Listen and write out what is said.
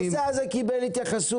הנושא הזה קיבל התייחסות.